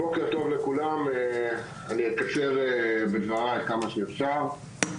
בוקר טוב לכולם, אני אקצר בדבריי כמה שאפשר.